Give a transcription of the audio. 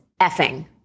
effing